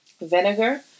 vinegar